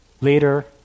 later